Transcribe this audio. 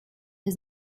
has